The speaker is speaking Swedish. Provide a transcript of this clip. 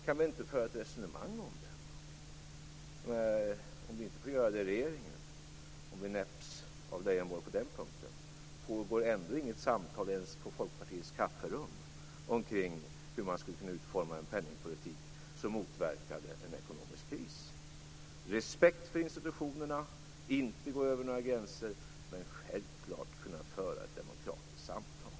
Kan vi inte föra ett resonemang om det ändock, om vi nu inte får göra det i regeringen och om vi näps av Leijonborg på den punkten? Pågår ändå inget samtal ens i Folkpartiets kafferum omkring hur man skulle kunna utforma en penningpolitik som motverkar en ekonomisk kris? Respekt för institutionerna så att man inte går över några gränser, men självklart ett demokratiskt samtal.